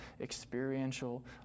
experiential